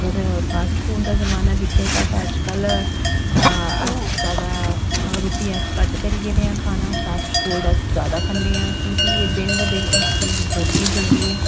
पर fast food दा ज़माना दिक्खेआ जा ता अज्जकल अस ज्यादा रूट्टी अस घट्ट करी गेदे आं खाना फ़ूड अस ज्यादा खन्ने आं क्योंकि एह् दिन ब दिन एह् चीज़ बधदी जंदी ऐ